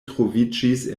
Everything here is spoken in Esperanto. troviĝis